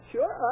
Sure